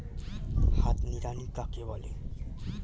হাত নিড়ানি কাকে বলে?